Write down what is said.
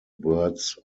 birds